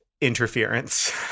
interference